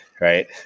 right